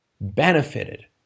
benefited